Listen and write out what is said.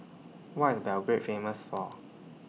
Why IS Belgrade Famous For